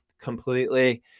completely